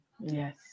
Yes